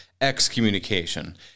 excommunication